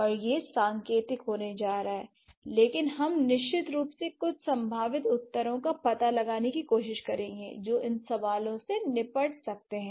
और यह सांकेतिक होने जा रहा है लेकिन हम निश्चित रूप से कुछ संभावित उत्तरों का पता लगाने की कोशिश करेंगे जो इन सवालों से निपट सकते हैं